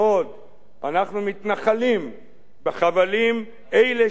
אנחנו מתנחלים בחבלים אלה של מולדתנו